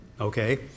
Okay